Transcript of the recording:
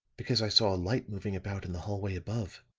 because i saw a light moving about in the hallway above,